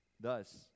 Thus